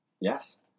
Yes